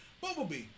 Bumblebee